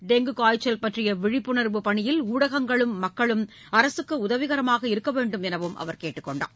dengue காய்ச்சல் பற்றிய விழிப்புணா்வு பணியில் ஊடகங்களும் மக்களும் அரசுக்கு உதவிகரமாக இருக்க வேண்டும் எனவும் அவர் கேட்டுக்கொண்டார்